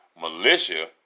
militia